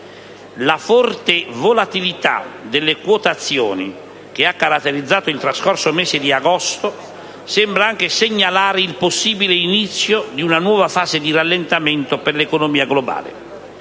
La forte volatilità delle quotazioni che ha caratterizzato il trascorso mese di agosto sembra anche segnalare il possibile inizio di una nuova fase di rallentamento per l'economia globale.